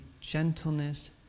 gentleness